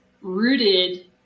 rooted